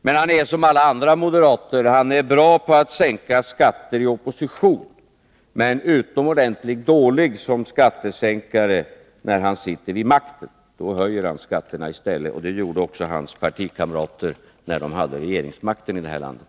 Men han är som alla andra moderater: han är bra på att sänka skatter i opposition men utomordentligt dålig som skattesänkare när han sitter vid makten. Då höjer han skatterna i stället. Det gjorde också hans partikamrater när de hade regeringsmakten här i landet.